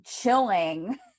chilling